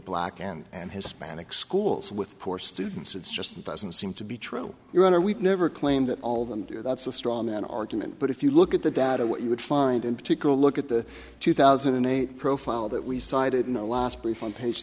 black and hispanic schools with poor students it's just doesn't seem to be true your honor we've never claimed that all of them do that's a straw man argument but if you look at the data what you would find in particular look at the two thousand and eight profile that we cited in the last brief on page